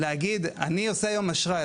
להגיד: אני עושה היום אשראי,